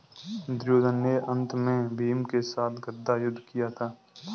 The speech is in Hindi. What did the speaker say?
दुर्योधन ने अन्त में भीम के साथ गदा युद्ध किया था